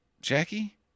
Jackie